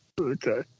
Okay